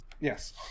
yes